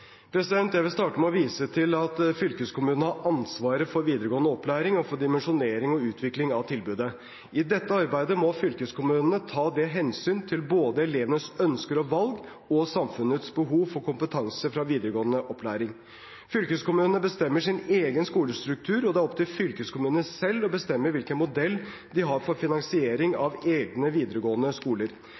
Jeg vil starte med å vise til at fylkeskommunene har ansvaret for videregående opplæring og for dimensjonering og utvikling av tilbudet. I dette arbeidet må fylkeskommunene ta hensyn til både elevenes ønsker og valg og samfunnets behov for kompetanse fra videregående opplæring. Fylkeskommunene bestemmer sin egen skolestruktur, og det er opp til fylkeskommunene selv å bestemme hvilken modell de har for finansiering av egne videregående skoler.